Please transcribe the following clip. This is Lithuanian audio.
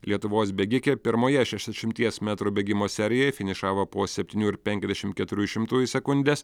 lietuvos bėgikė pirmoje šešiasdešimties metrų bėgimo serijoje finišavo po septynių ir penkiasdešim keturių šimtųjų sekundės